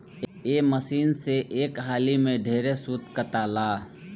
ए machine से एक हाली में ढेरे सूत काताला